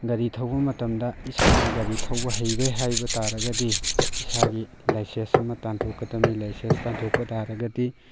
ꯒꯥꯔꯤ ꯊꯧꯕ ꯃꯇꯝꯗ ꯏꯁꯥꯅ ꯒꯥꯔꯤ ꯊꯧꯕ ꯍꯩꯔꯦ ꯍꯥꯏꯕ ꯇꯥꯔꯒꯗꯤ ꯏꯁꯥꯒꯤ ꯂꯥꯏꯁꯦꯟꯁ ꯑꯃ ꯇꯥꯟꯊꯣꯛꯀꯗꯕꯅꯤ ꯂꯥꯏꯁꯦꯟꯁ ꯇꯥꯟꯊꯣꯛꯄ ꯇꯥꯔꯒꯗꯤ